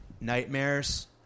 Nightmares